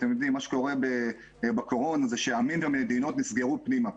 מה שקורה בקורונה זה שעמים ומדינות נסגרו פנימה.